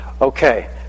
okay